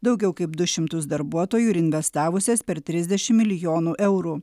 daugiau kaip du šimtus darbuotojų ir investavusias per trisdešimt milijonų eurų